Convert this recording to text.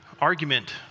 argument